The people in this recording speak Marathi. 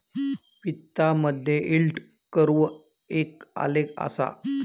वित्तामधे यील्ड कर्व एक आलेख असा